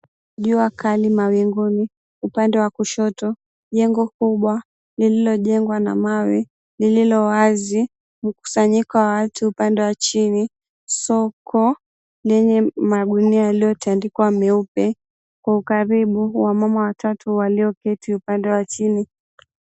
Jua kali mawinguni. Upande wa kushoto, jengo kubwa liliojengwa na mawe lililo wazi. Mkusanyiko wa watu upande wa chini, soko lenye magunia yaliyotandikwa meupe. Kwa ukaribu, wamama watatu walioketi upande wa chini.